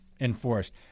Enforced